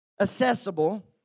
accessible